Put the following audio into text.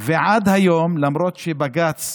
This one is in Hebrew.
עד היום, למרות שבג"ץ